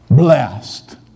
blessed